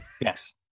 Yes